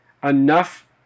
enough